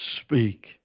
speak